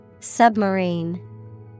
Submarine